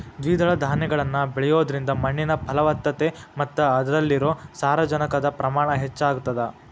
ದ್ವಿದಳ ಧಾನ್ಯಗಳನ್ನ ಬೆಳಿಯೋದ್ರಿಂದ ಮಣ್ಣಿನ ಫಲವತ್ತತೆ ಮತ್ತ ಅದ್ರಲ್ಲಿರೋ ಸಾರಜನಕದ ಪ್ರಮಾಣ ಹೆಚ್ಚಾಗತದ